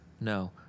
No